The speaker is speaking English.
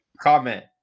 Comment